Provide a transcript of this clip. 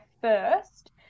first